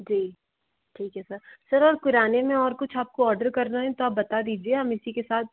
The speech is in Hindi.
जी ठीक है सर सर और किराने में और कुछ आपको ऑर्डर करना है तो आप बता दीजिए हम इसी के साथ